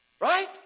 Right